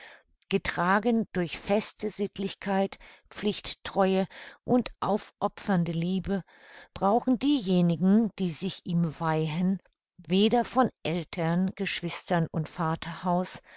getragen durch feste sittlichkeit pflichttreue und aufopfernde liebe brauchen diejenigen die sich ihm weihen weder von eltern geschwistern und vaterhaus